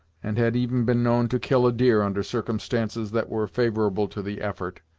and had even been known to kill a deer, under circumstances that were favorable to the effort.